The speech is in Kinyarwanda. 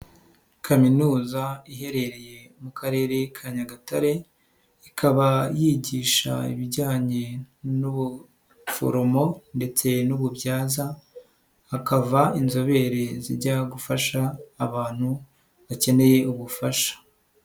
Kaminuza iherereye mu Karere ka Nyagatare, ikaba yigisha ibijyanye n'ubuforomo ndetse n'ububyaza, hakava inzobere zijya gufasha abantu bakeneye ubufasha.